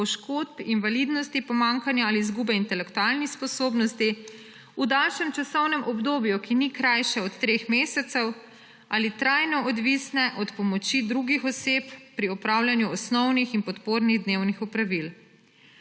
poškodb, invalidnosti, pomanjkanja ali izgube intelektualnih sposobnosti v daljšem časovnem obdobju, ki ni krajše od treh mesecev, ali trajno odvisne od pomoči drugih oseb pri opravljanju osnovnih in podpornih dnevnih opravil.